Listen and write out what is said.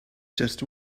just